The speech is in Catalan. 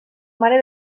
mare